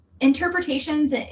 interpretations